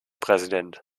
präsident